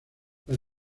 las